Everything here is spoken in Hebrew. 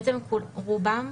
בעצם רובם,